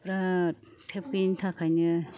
बिराथ टेप गैयैनि थाखायनो